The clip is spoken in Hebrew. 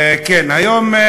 היום,